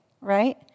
right